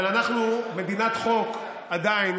אבל אנחנו מדינת חוק עדיין,